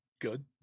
good